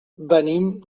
venim